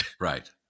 Right